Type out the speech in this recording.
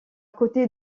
côté